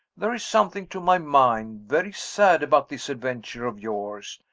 there is something, to my mind, very sad about this adventure of yours.